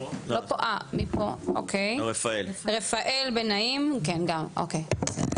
רפאל בן נעים.